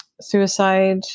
suicide